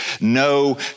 no